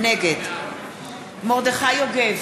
נגד מרדכי יוגב,